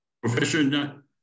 Professor